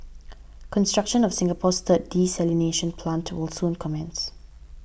construction of Singapore's third desalination plant will soon commence